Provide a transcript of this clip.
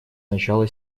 начала